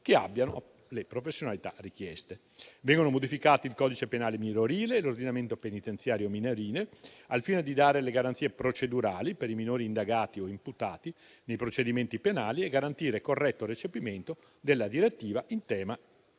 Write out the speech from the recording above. che abbiano le professionalità richieste. Vengono modificati il codice penale minorile e l'ordinamento penitenziario minorile, al fine di dare le garanzie procedurali per i minori indagati o imputati nei procedimenti penali e garantire il corretto recepimento della direttiva in tema